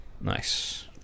nice